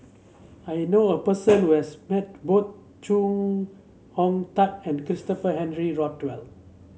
I know a person who has met both Chong Hong Tat and Christopher Henry Rothwell